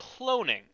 cloning